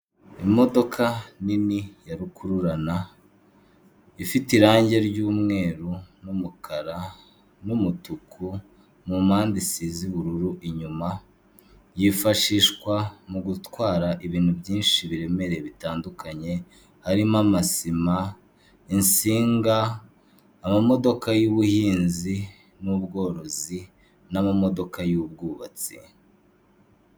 Imodoka nini ya rukururana ifite irange ry'umweru n'umukara n'umutuku mu mpande isize ubururu inyuma. Yifashishwa mu gutwara ibintu byinshi biremereye bitandukanye harimo amasima, insinga, amamodoka y'ubuhinzi n'ubworozi n'amamodoka y'ubwubatsi.